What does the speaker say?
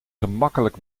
gemakkelijk